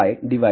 1nsin2k12n